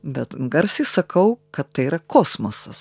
bet garsiai sakau kad tai yra kosmosas